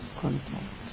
contact